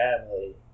family